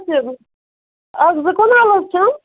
اَکھ زٕ کُنال حظ چھِم